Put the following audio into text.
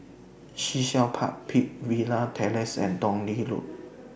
Sea Shell Park Peakville Terrace and Tong Lee Road